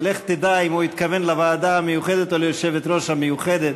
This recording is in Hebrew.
ולך תדע אם הוא התכוון לוועדה המיוחדת או ליושבת-ראש המיוחדת.